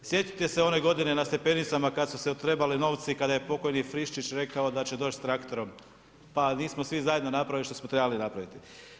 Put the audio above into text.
Sjetite se one godine na stepenicama kad su se trebali novci i kada je pokojni Friščić rekao da će doći sa traktorom, pa nismo svi zajedno napravili što smo trebali napraviti.